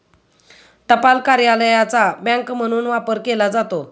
टपाल कार्यालयाचा बँक म्हणून वापर केला जातो